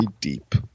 deep